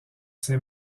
ses